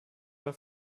war